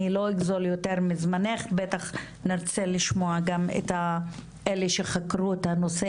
אני לא אגזול יותר מזמנך בטח נצא לשמוע גם את האלה שחקרו את הנושא,